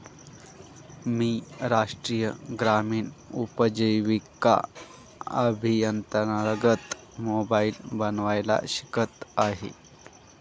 मी राष्ट्रीय ग्रामीण उपजीविका अभियानांतर्गत मोबाईल बनवायला शिकत आहे